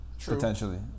Potentially